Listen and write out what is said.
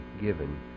given